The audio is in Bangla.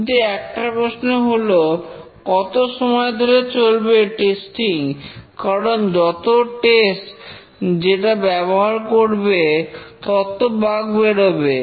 কিন্তু একটা প্রশ্ন হল কত সময় ধরে চলবে টেস্টিং কারণ যত টেস্ট যেটা ব্যবহার করবে তত বাগ বেরোবে